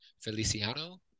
Feliciano